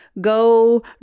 Go